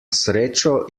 srečo